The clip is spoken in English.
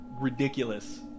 ridiculous